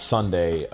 Sunday